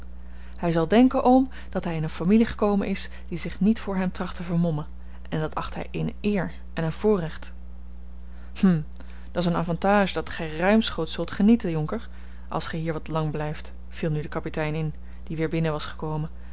hij zal denken oom dat hij in eene familie is gekomen die zich niet voor hem tracht te vermommen en dat acht hij eene eer en een voorrecht hm dat's een avantage dat gij ruimschoots zult genieten jonker als gij hier wat lang blijft viel nu de kapitein in die weer binnen was gekomen